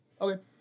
Okay